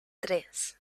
tres